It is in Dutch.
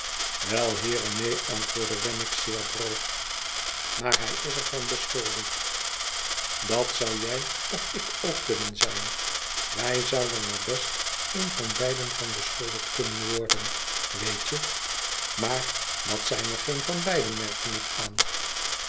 wel heere neen antwoordde wemmick zeer droog maar hij is er van beschuldigd dat zou jij of ik ook kunnen zijn wij zouden er best een van beiden van beschuldigd kunnen worden weet je maar dat zijn we geen van beiden merkte ik aan